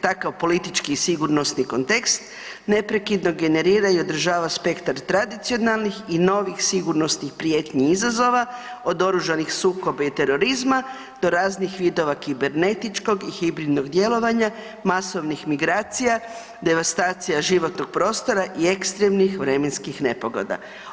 Takav politički i sigurnosni kontekst neprekidno generira i održava spektar tradicionalnih i novih sigurnosnih prijetnji i izazova, od oružanih sukoba i terorizma, do raznih vidova kibeernetičkog i hibridnog djelovanja, masovnih migracija, devastacija životnog prostora i ekstremnih vremenskih nepogoda.